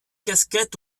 casquettes